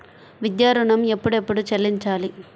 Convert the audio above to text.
విద్యా ఋణం ఎప్పుడెప్పుడు చెల్లించాలి?